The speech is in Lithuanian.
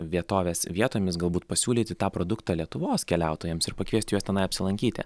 vietovės vietomis galbūt pasiūlyti tą produktą lietuvos keliautojams ir pakviesti juos tenai apsilankyti